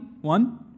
one